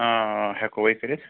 آ آ ہٮ۪کَوَے کٔرِتھ